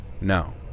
No